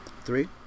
Three